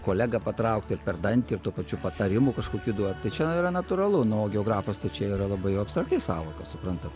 kolegą patraukti ir per dantį ir tuo pačiu patarimų kažkokių duot tai čia yra natūralu nu o geografas tai čia yra labai abstrakti sąvoka suprantama